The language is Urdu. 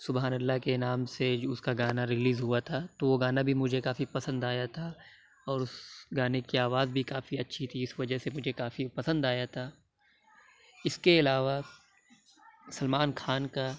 سُبحان اللہ کے نام سے اُس کا گانا ریلیز ہُوا تھا تو وہ گانا بھی مجھے کافی پسند آیا تھا اور اُس گانے کی آواز بھی کافی اچھی تھی اُس وجہ سے مجھے وہ کافی پسند آیا تھا اِس کے علاوہ سلمان خان کا